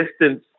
distance